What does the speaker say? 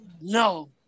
No